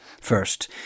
first